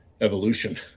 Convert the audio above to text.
evolution